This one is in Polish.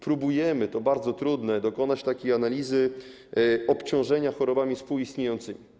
Próbujemy - to bardzo trudne - dokonać analizy obciążenia chorobami współistniejącymi.